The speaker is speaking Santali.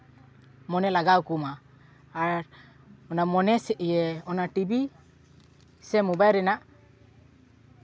ᱢᱚᱱᱮ ᱞᱟᱜᱟᱣ ᱟᱠᱚ ᱢᱟ ᱟᱨ ᱚᱱᱟ ᱢᱚᱱᱮ ᱥᱮ ᱚᱱᱟ ᱴᱤᱵᱷᱤ ᱥᱮ ᱢᱳᱵᱟᱭᱤᱞ ᱨᱮᱭᱟᱜ